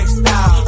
style